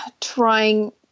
trying